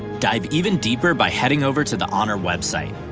dive even deeper by heading over to the honor website.